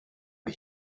did